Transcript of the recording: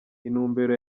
intumbero